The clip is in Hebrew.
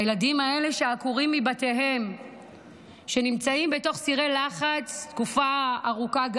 הילדים האלה שעקורים מבתיהם נמצאים בתוך סירי לחץ תקופה ארוכה,